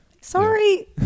Sorry